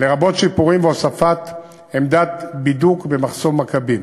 לרבות שיפורים והוספת עמדת בידוק במחסום מכבים,